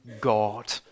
God